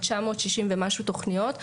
ה-960 ומשהו תוכניות,